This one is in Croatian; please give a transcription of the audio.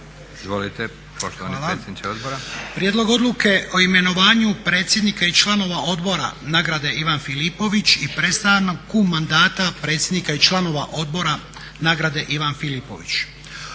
Izvolite poštovani predsjedniče odbora. **Lučin, Šime (SDP)** Hvala. Prijedlog odluke o imenovanju predsjednika i članova Odbora nagrade "Ivan Filipović" i prestanku mandata predsjednika i članova Odbora nagrade "Ivan Filipović".